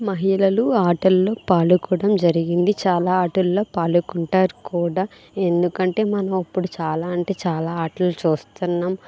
మహిళలు ఆటల్లో పాల్గొనడం జరిగింది చాలా ఆటల్లో పాల్గొంటారు కూడా ఎందుకంటే మనం అప్పుడూ చాలా అంటే చాలా ఆటలు చూస్తున్నాం